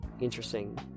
interesting